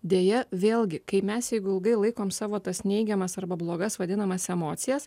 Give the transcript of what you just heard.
deja vėlgi kai mes jeigu ilgai laikom savo tas neigiamas arba blogas vadinamas emocijas